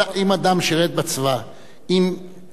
אם המשנה לראש הממשלה